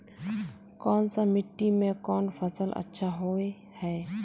कोन सा मिट्टी में कोन फसल अच्छा होय है?